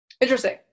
interesting